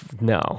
no